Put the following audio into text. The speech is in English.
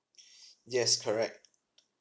yes correct